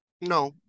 No